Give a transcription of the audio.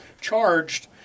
charged